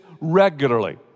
regularly